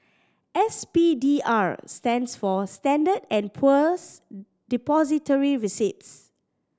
S P D R stands for Standard and Poor's Depository Receipts